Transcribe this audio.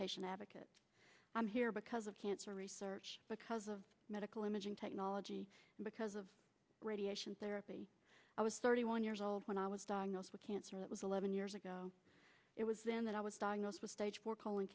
patient advocate i'm here because of cancer research because of medical imaging technology because of radiation therapy i was thirty one years old when i was diagnosed with cancer it was eleven years ago it was then that i was diagnosed with stage four colon